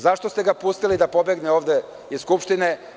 Zašto ste ga pustili da pobegne ovde iz Skupštine?